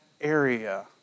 area